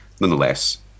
Nonetheless